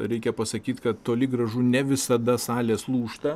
reikia pasakyt kad toli gražu ne visada salės lūžta